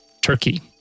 Turkey